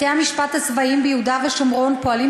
בתי-המשפט הצבאיים ביהודה ושומרון פועלים